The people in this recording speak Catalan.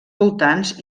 voltants